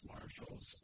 Marshals